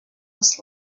was